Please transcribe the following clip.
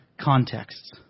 contexts